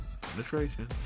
penetration